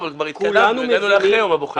אבל כבר התקדמנו והגענו לאחרי יום הבוחר.